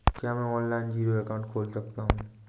क्या मैं online zero account खोल सकता हूँ?